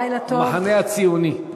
לילה טוב, המחנה הציוני,